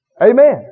Amen